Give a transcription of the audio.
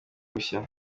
bushya